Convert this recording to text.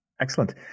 excellent